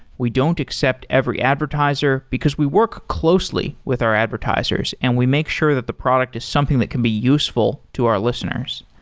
we don't accept every advertiser, because we work closely with our advertisers and we make sure that the product is something that can be useful to our listeners.